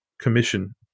commission